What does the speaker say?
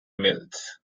mills